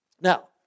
Now